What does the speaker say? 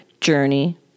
journey